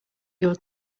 your